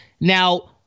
Now